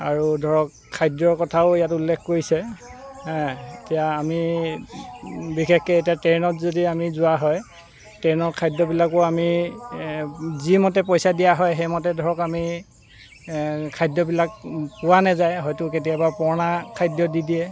আৰু ধৰক খাদ্যৰ কথাও ইয়াত উল্লেখ কৰিছে এতিয়া আমি বিশেষকৈ এতিয়া ট্ৰেইনত আমি যদি যোৱা হয় ট্ৰেইনৰ খাদ্যবিলাকো আমি যিমতে পইচা দিয়া হয় সেইমতে ধৰক আমি খাদ্যবিলাক পোৱা নাযায় হয়তো কেতিয়াবা পুৰণা খাদ্য দি দিয়ে